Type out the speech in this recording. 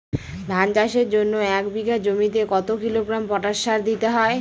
ধান চাষের জন্য এক বিঘা জমিতে কতো কিলোগ্রাম পটাশ সার দিতে হয়?